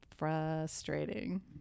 frustrating